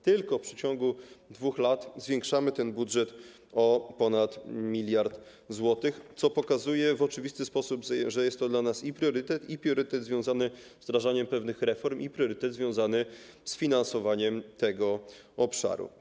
Tylko w przeciągu 2 lat zwiększamy ten budżet o ponad 1 mld zł, co pokazuje w oczywisty sposób, że jest to dla nas priorytet, i to związany z wdrażaniem pewnych reform, i priorytet związany z finansowaniem tego obszaru.